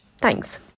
Thanks